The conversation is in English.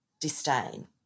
disdain